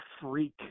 freak